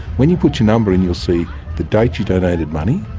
when you put your number in you'll see the date you donated money,